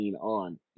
on